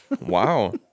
Wow